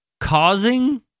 causing